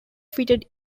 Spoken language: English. fitted